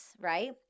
right